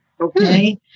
okay